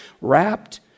wrapped